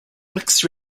mixed